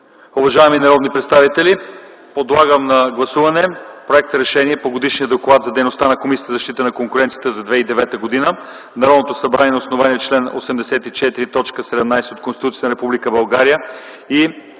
Уважаеми народни представители, подлагам на гласуване Проект за решение по Годишния доклад за дейността на Комисията за защита на конкуренцията за 2009 г.: „Народното събрание на основание чл. 84, т. 17 от Конституцията на Република България